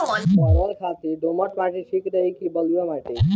परवल खातिर दोमट माटी ठीक रही कि बलुआ माटी?